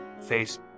face